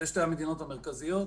אלה שתי המדינות המרכזיות.